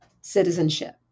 citizenship